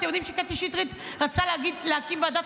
אתם יודעים שקטי שטרית רצתה להקים ועדת